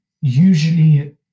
usually